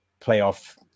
Playoff